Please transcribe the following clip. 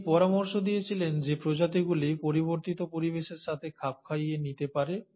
তিনি পরামর্শ দিয়েছিলেন যে প্রজাতিগুলি পরিবর্তিত পরিবেশের সাথে খাপ খাইয়ে নিতে পারে